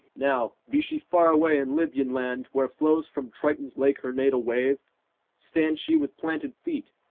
now, be she far away in libyan land where flows from triton's lake her natal wave stand she with planted feet,